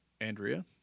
Andrea